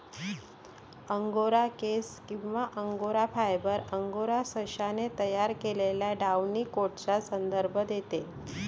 angora केस किंवा angora fibre, angora सशाने तयार केलेल्या डाउनी कोटचा संदर्भ देते